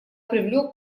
привлек